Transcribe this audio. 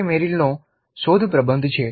તે મેરિલનો શોધ પ્રબંધ છે